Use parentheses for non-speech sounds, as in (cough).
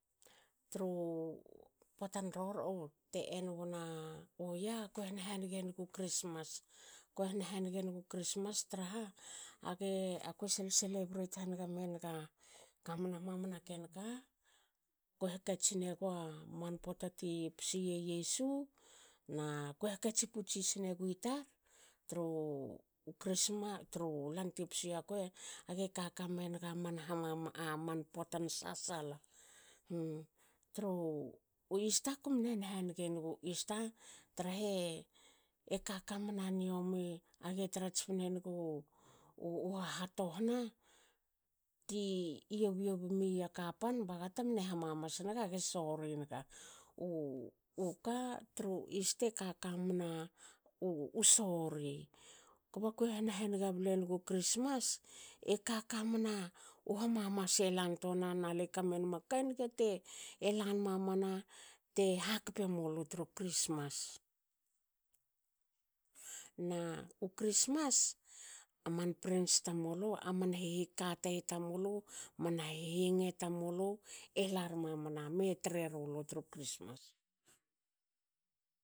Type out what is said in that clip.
Tru (hesitation) potan rorou te end wona u yia. aku han hanige nig u christmas. Kue han haniga nig u christmas traha age akue cel- celebrate haniga menaga kamna mamana ken ka. ko hakatsin egua man pote ti posi ye yesu na kue hakatsi putsis negui tar. tru tru lan ti posi ya kuei age kaka menaga man (unintelligible) man potan sasala. (hesitation) Tru ista kumne han- hanige nigu ista trahe e kaka mna niomi age trats tspen nugu (hesitation) hahatohana ti (hesitation) yobyobu mia kapan baga temne hamamas naga ge sori naga. U (hesitation) ka tru ista e kaka mna u sori. Kba kue han- haniga ble nnugu christmas ekaka mna- u hamamas elan tuana nale kamenma ka niga te lan mamana te hakpe mulu tru christmas. Na u christmas. aman prens tamulu aman hihih katei tamulu. man hihi yenge tamulu. elar mamana me tre rulu tru christmas.